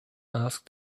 asked